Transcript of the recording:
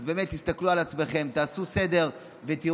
אז באמת, תסתכלו על עצמכם, תעשו סדר ותראו